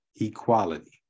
equality